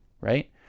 right